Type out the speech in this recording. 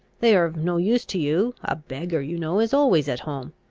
they are of no use to you a beggar, you know, is always at home.